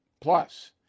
plus